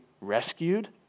rescued